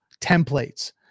templates